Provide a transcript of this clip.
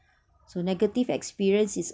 so negative experience is